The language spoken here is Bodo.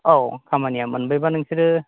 औ खामानिया मोनबायबा नोंसोरो